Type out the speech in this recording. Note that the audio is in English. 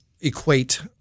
equate